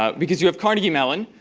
um because you have carnegie mellon,